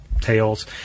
tales